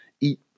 eat